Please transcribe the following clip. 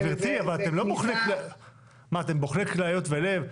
אתם בוחני כליות ולב?